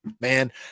man